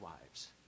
wives